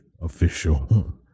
official